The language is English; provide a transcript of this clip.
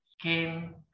came